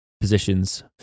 positions